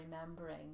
remembering